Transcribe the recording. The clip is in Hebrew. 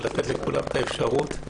ולתת לכולם אפשרות.